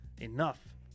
enough